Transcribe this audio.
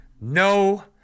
no